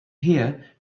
hear